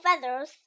feathers